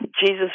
Jesus